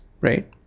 right